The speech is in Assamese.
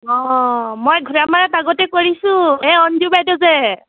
অঁ মই ঘোঁৰামৰাত আগতে কৰিছোঁ এই অঞ্জু বাইদেউ যে